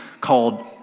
called